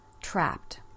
Trapped